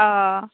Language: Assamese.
অঁ